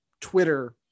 Twitter